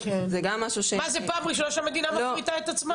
זה גם משהו ש- מה זה פעם ראשונה שהמדינה מפריטה את עצמה?